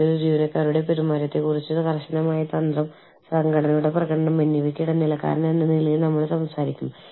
നിങ്ങളുടെ ജീവനക്കാർ അവധി എടുത്താൽ നിങ്ങൾ അവരെ ജോലിയിൽ നിന്ന് പിരിച്ചുവിട്ടാൽ നിങ്ങൾ അവർക്ക് എന്താണ് നൽകേണ്ടത് അതിനുള്ള നിങ്ങളുടെ ബാധ്യത എന്താണ്